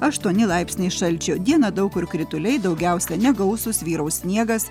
aštuoni laipsniai šalčio dieną daug kur krituliai daugiausiai negausūs vyraus sniegas